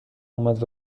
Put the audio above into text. اومد